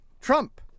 Trump